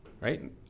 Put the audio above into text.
right